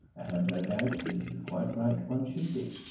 i have no doubt that it is quite right one should be.